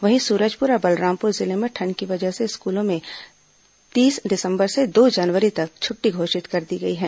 वहीं सूरजपुर और बलरामपुर जिले में ठंड की वजह से स्कूलों में तीस दिसंबर से दो जनवरी तक छुट्टी घोषित कर दी गई है